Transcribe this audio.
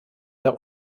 der